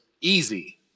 Easy